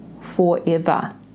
forever